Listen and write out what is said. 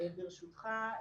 ברשותך,